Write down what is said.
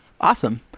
Awesome